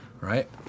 Right